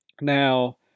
Now